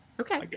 Okay